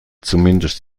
zumindest